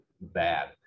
bad